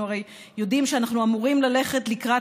אנחנו הרי יודעים שאנחנו אמורים ללכת לקראת